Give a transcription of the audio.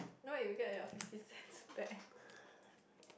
now you get your fifty cents back